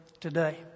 today